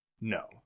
no